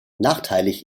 nachteilig